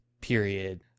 period